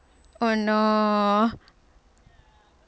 oh no